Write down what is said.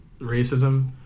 racism